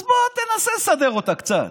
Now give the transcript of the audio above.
אז בוא, תנסה לסדר אותה קצת.